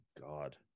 god